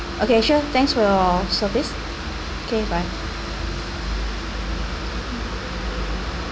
okay sure thanks for your service K bye